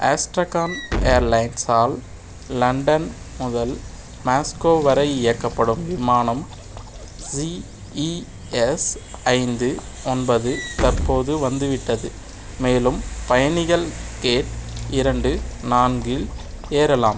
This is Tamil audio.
ஆஸ்ட்ரகான் ஏர்லைன்ஸால் லண்டன் முதல் மாஸ்கோ வரை இயக்கப்படும் விமானம் ஸிஇஎஸ் ஐந்து ஒன்பது தற்போது வந்துவிட்டது மேலும் பயணிகள் கேட் இரண்டு நான்கில் ஏறலாம்